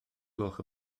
gloch